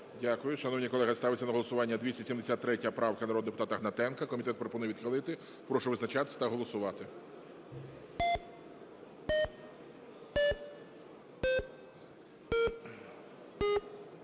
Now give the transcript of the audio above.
Дякую. Шановні колеги, ставиться на голосування 273 правка народного депутата Гнатенка. Комітет пропонує відхилити. Прошу визначатися та голосувати.